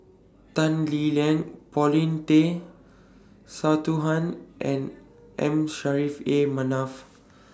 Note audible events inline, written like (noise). Tan Lee Leng Paulin Tay Straughan and M Saffri (noise) A Manaf